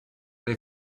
they